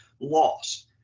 lost